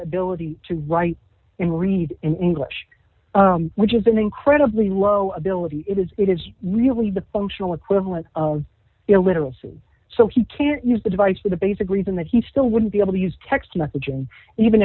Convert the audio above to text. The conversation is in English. ability to write and read in english which is an incredibly low ability it is it is really the functional equivalent of illiteracy so he can't use the device for the basic reason that he still wouldn't be able to use text messaging even